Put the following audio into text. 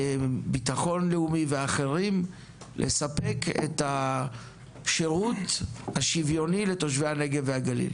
ביטחון לאומי ואחרים לספק את השירות השוויוני לתושבי הנגב והגליל.